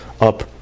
up